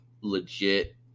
legit